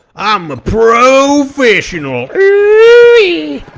i'm a professional, ooh